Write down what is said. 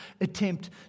attempt